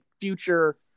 future